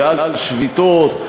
ועל שביתות,